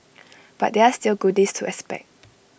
but there are still goodies to expect